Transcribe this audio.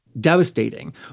devastating